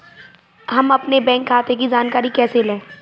हम अपने बैंक खाते की जानकारी कैसे लें?